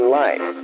life